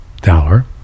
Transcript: dollar